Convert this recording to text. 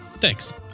Thanks